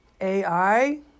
AI